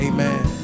Amen